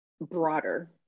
broader